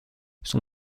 son